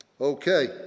Okay